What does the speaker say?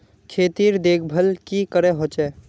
खेतीर देखभल की करे होचे?